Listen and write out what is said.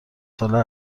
ساله